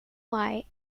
white